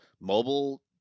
mobile